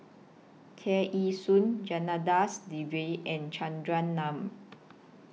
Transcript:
Tear Ee Soon Janadas Devan and Chandran Nair